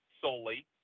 solely